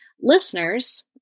listeners